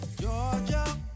Georgia